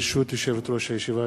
ברשות יושבת-ראש הישיבה,